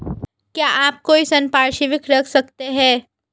क्या आप कोई संपार्श्विक रख सकते हैं?